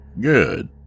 Good